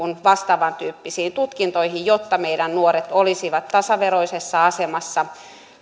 vastaavan tyyppisiin tutkintoihin jotta meidän nuoret olisivat tasaveroisessa asemassa